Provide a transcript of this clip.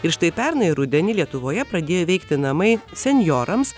ir štai pernai rudenį lietuvoje pradėjo veikti namai senjorams